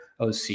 OC